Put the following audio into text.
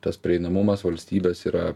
tas prieinamumas valstybės yra